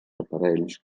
aparells